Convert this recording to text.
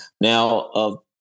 Now –